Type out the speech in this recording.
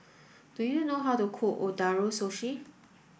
do you know how to cook Ootoro Sushi